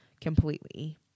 completely